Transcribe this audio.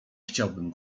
chciałbym